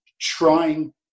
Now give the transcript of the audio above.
trying